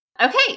Okay